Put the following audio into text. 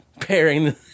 Pairing